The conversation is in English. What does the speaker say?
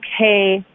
okay